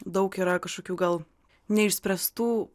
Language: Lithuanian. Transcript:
daug yra kažkokių gal neišspręstų